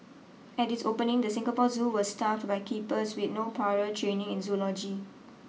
at its opening the Singapore Zoo was staffed by keepers with no prior training in zoology